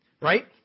Right